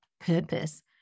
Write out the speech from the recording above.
purpose